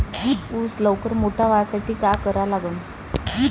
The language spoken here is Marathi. ऊस लवकर मोठा व्हासाठी का करा लागन?